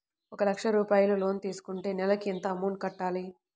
ఒక లక్ష రూపాయిలు లోన్ తీసుకుంటే నెలకి ఎంత అమౌంట్ కట్టాలి?